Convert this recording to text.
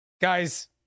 Guys